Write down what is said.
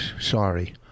Sorry